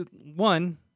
One